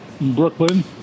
Brooklyn